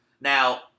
Now